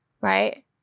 right